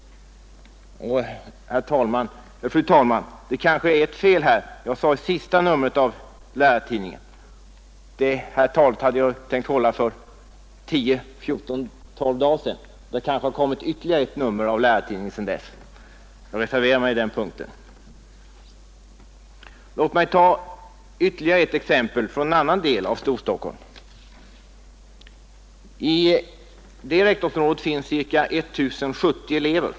Låt mig ta ytterligare ett exempel från en annan del av Storstockholm. I det rektorsområdet finns ca 1070 elever.